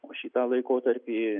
o šitą laikotarpį